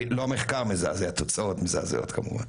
לא המחקר מזעזע, התוצאות מזעזעות כמובן.